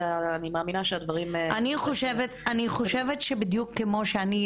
ואני מאמינה שהדברים --- אני חושבת שבדיוק כמו שאני,